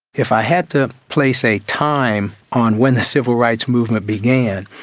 if i had to place a time on when the civil rights movement began,